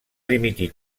dimitir